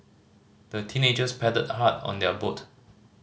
the teenagers paddled hard on their boat